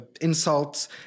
insults